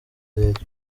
leta